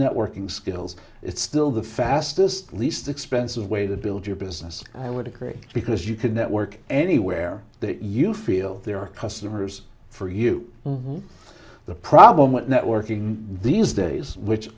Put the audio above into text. networking skills it's still the fastest least expensive way to build your business i would agree because you could network anywhere that you feel there are customers for you the problem with networking these days which